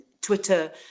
Twitter